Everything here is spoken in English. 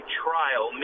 trial